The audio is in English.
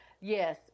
yes